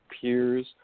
peers